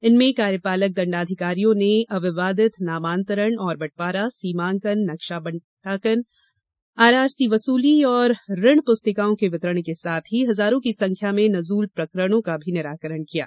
इनमें कार्यपालक दंडाधिकारियों ने अविवादित नामांतरण और बँटवारा सीमांकन नक्शा बटांकन आरआरसी वसूली और ऋण पुस्तिकाओं के वितरण के साथ ही हजारों की संख्या में नजूल प्रकरणों का भी निराकरण किया गया